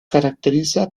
caracteriza